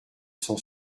cent